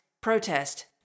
protest